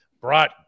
brought